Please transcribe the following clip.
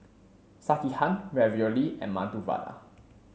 Sekihan Ravioli and Medu Vada